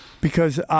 Because-